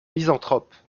misanthrope